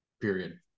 period